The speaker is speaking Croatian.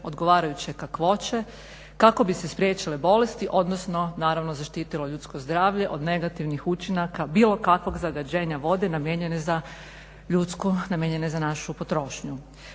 odgovarajuće kakvoće kako bi se spriječile bolesti, odnosno naravno zaštitilo ljudsko zdravlje od negativnih učinaka bilo kakvog zagađenja vode namijenjene za ljudsku, namijenjene za našu potrošnju.